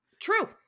True